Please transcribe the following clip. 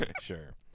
Sure